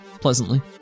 pleasantly